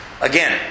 Again